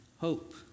hope